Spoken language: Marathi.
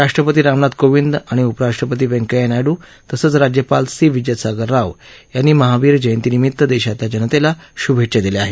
राष्ट्रपती रामनाथ कोविंद आणि उपराष्ट्रपती व्यंकया नायड्र तसंच राज्यपाल सी विद्यासागर राव यांनी महावीर जयंतीनिमित्त देशातल्या जनतेला शुभेच्छा दिल्या आहेत